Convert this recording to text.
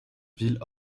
villes